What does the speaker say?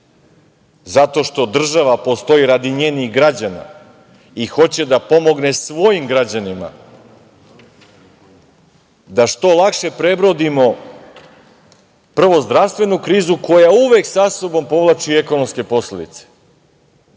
zato što država postoji radi njenih građana i hoće da pomogne svojim građanima da što lakše prebrodimo, prvo, zdravstvenu krizu koja uvek sa sobom povlači i ekonomske posledice,